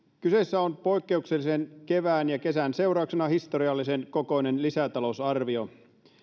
kyseessä on poikkeuksellisen kevään ja kesän seurauksena historiallisen kokoinen lisätalousarvio